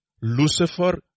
Lucifer